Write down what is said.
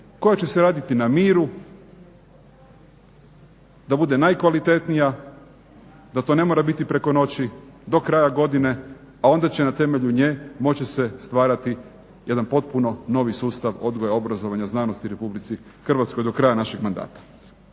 koja će se raditi na miru, da bude najkvalitetnija da to ne mora biti preko noći do kraja godine, a onda će na temelju nje moći se stvarati jedan potpuno novi sustav odgoja, obrazovanja i znanosti u RH do kraja našeg mandata.